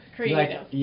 Creative